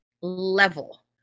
level